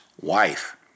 wife